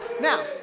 now